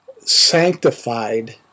sanctified